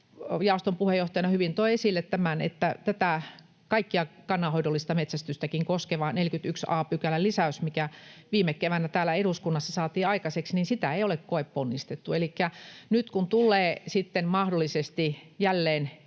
jaoston puheenjohtajana hyvin toi esille tämän, että tätä kaikkea kannanhoidollista metsästystäkin koskevaa 41 a §:n lisäystä, mikä viime keväänä täällä eduskunnassa saatiin aikaiseksi, ei ole koeponnistettu. Elikkä nyt kun tulee sitten mahdollisesti jälleen